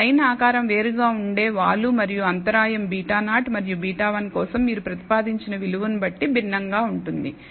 మళ్ళీ లైన్ ఆకారం వేరుగా ఉండే వాలు మరియు అంతరాయం β0 మరియు β1 కోసం మీరు ప్రతిపాదించిన విలువను బట్టి భిన్నంగా ఉంటుంది